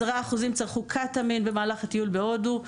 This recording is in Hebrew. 10% צרכו קטמין במהלך הטיול להודו.